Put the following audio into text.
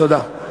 תודה.